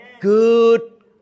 good